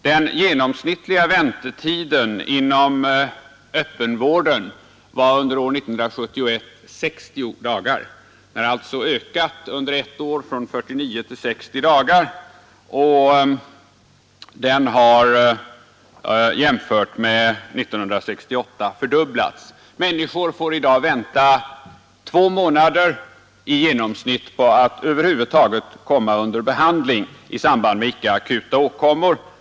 Den genomsnittliga väntetiden inom den öppna vården var under år 1971 60 dagar. Den har alltså ökat under ett år från 49 till 60 dagar, och jämfört med 1968 har den fördubblats. Människor får i dag vänta två månader i genomsnitt på att över huvud taget komma under behandling i samband med icke akuta åkommor.